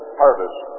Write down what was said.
harvest